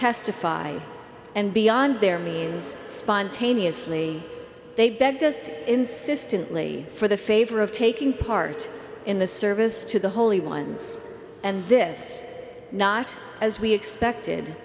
testify and beyond their means spontaneously they begged us to insistently for the favor of taking part in the service to the holy ones and this not as we expected